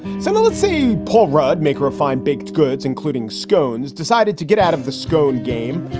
so and let's see. paul rudd make refined baked goods, including scones, decided to get out of the skold game.